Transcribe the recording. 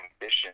ambition